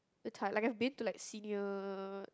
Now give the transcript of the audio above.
the tart like I've been to like senior